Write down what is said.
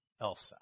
Elsa